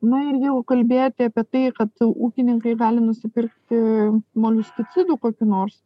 na ir jau kalbėti apie tai kad ūkininkai gali nusipirkti moliusticidų kokį nors